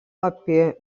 apie